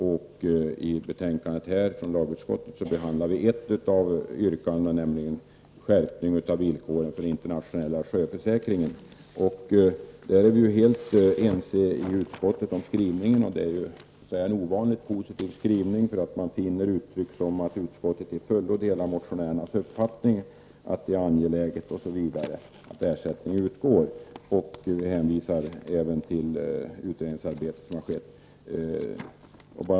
I lagutskottets betänkande behandlar vi ett av yrkandena, nämligen skärpningen av villkoren för den internationella sjöförsäkringen. Där är vi helt ense i utskottet om skrivningen. Det är en ovanligt positiv skrivning. Man finner uttryck som att utskottet kan ”till fullo dela motionärernas uppfattning att det är angeläget att ersättning kan utgå ——-”. Man hänvisar även till det utredningsarbete som har skett.